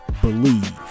believe